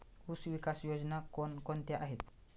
ऊसविकास योजना कोण कोणत्या आहेत?